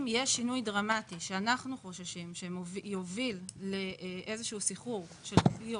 אם יש שינוי דרמטי שאנחנו חוששים שיוביל לאיזשהו סחרור של ריביות,